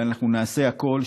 ואנחנו נעשה הכול,